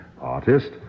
artist